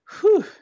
Whew